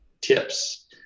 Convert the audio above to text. tips